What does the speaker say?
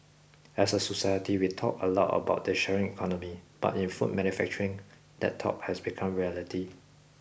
as a society we talk a lot about the sharing economy but in food manufacturing that talk has become reality